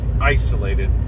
isolated